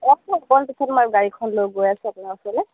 অ অকণমান পিছত মই গাড়ীখন লৈ গৈ আছোঁ আপোনাৰ ওচৰলৈ